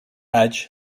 hadj